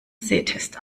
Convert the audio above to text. sehtest